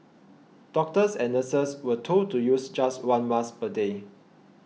doctors and nurses were told to use just one mask per day